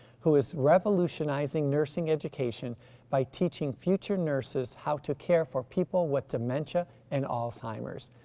who is revolutionizing nursing education by teaching future nurses how to care for people with dementia and alzheimer's.